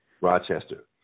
Rochester